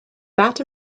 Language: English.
that